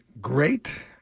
great